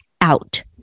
out